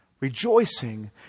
rejoicing